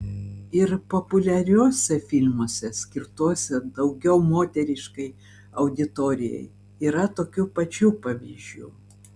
ir populiariuose filmuose skirtuose daugiau moteriškai auditorijai yra tokių pačių pavyzdžių